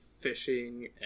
fishing